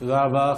תודה רבה.